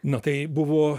na tai buvo